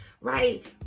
right